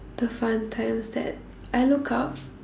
the fun times that I looked up